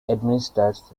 administers